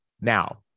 Now